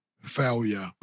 failure